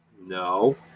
no